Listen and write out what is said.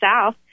South